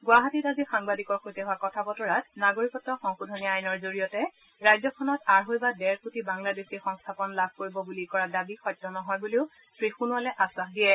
গুৱাহাটীত আজি সাংবাদিকৰ সৈতে হোৱা কথা বতৰাত নাগৰিকত্ব সংশোধনী আইনৰ জৰিয়তে ৰাজ্যখনত আঢ়ৈ বা ডেৰকোটি বাংলাদেশী সংস্থাপন লাভ কৰিব বুলি কৰা দাবী সত্য নহয় বুলিও শ্ৰীসোণোৱালে আশ্বাস দিয়ে